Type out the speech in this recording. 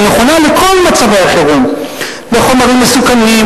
נכונה לכל מצבי החירום: לחומרים מסוכנים,